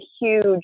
huge